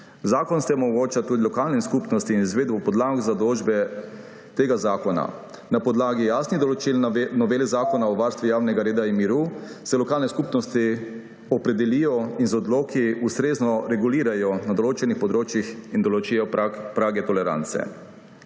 Zakon s tem omogoča tudi lokalnim skupnostim izvedbo podlag za določbe tega zakona. Na podlagi jasnih določil novele Zakona o varstvu javnega reda in miru se lokalne skupnosti opredelijo in z odloki ustrezno regulirajo določena področja ter določijo prag tolerance;